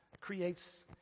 creates